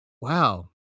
wow